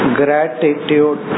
gratitude